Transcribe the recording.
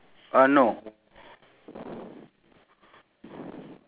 the points is t~ the points are the same right three points and one point